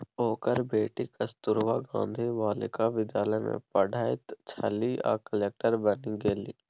ओकर बेटी कस्तूरबा गांधी बालिका विद्यालय मे पढ़ैत छलीह आ कलेक्टर बनि गेलीह